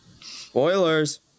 Spoilers